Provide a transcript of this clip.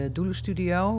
Doelenstudio